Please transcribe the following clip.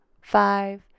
five